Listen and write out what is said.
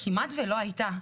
כמעט ולא הייתה.